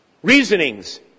Reasonings